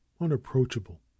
unapproachable